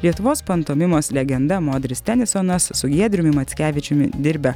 lietuvos pantomimos legenda modris tenisonas su giedriumi mackevičiumi dirbę